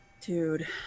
dude